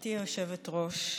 גברתי היושבת-ראש.